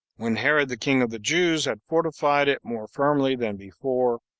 when herod the king of the jews had fortified it more firmly than before,